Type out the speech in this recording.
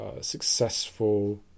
successful